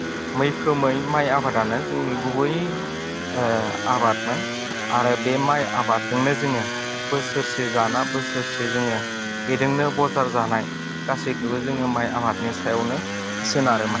मैखोमै माय आबादानो जोंनि गुबै आबादमोन आरो बे माय आबादजोंनो जोङो बोसोरसे जाना बोसोरसे जोङो बेजोंनो बजार जानाय गासैखौबो जोङो माय आबादनि सायावनो सोनारोमोन